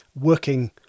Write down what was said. working